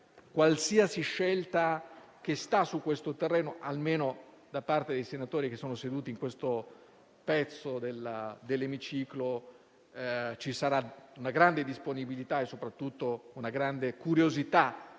qualsiasi scelta che sta su questo terreno, almeno da parte dei senatori seduti in questa porzione dell'Emiciclo, ci sarà una grande disponibilità e soprattutto una grande curiosità,